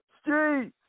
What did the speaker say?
Street